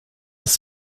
was